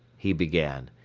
he began.